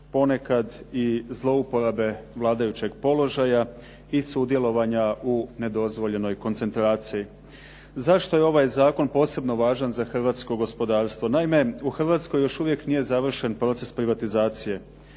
ponekad i zlouporabe vladajućeg položaja i sudjelovanja u nedozvoljenoj koncentraciji. Zašto je ovaj zakon posebno važan za hrvatsko gospodarstvo? Naime u Hrvatskoj još uvijek nije završen proces privatizacije.